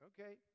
Okay